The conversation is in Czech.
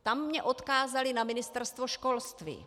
Tam mě odkázali na Ministerstvo školství.